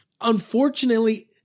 unfortunately